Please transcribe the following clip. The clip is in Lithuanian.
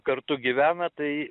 kartu gyvena tai